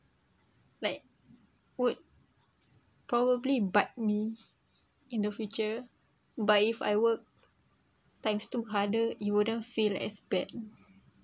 like would probably but me in the future but if I work times two harder it wouldn't feel as bad